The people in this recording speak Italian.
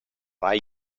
rai